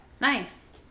Nice